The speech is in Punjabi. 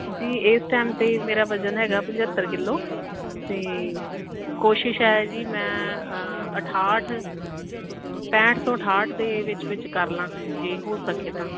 ਜੀ ਇਸ ਟਾਈਮ ਤਾਂ ਮੇਰਾ ਵਜਨ ਹੈਗਾ ਪੰਝੱਤਰ ਕਿਲੋ ਅਤੇ ਕੋਸ਼ਿਸ਼ ਹੈ ਜੀ ਮੈਂ ਅਠਾਹਠ ਪੈਂਹਠ ਤੋਂ ਅਠਾਹਠ ਦੇ ਵਿੱਚ ਵਿੱਚ ਕਰ ਲਵਾਂ ਜੇ ਹੋ ਸਕੇ ਤਾਂ